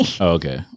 Okay